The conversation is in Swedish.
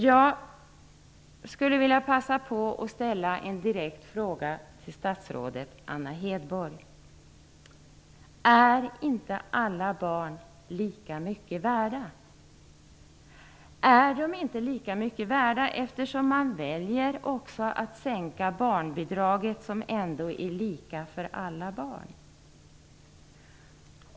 Jag skulle vilja passa på att ställa en direkt fråga till statsrådet Anna Hedborg: Är inte alla barn lika mycket värda? Är de inte lika mycket värda, eftersom man väljer att sänka barnbidraget, som ändå är lika för alla barn.